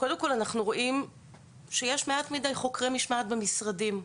אנחנו רואים שיש מעט מדי חוקרי משמעת במשרדים.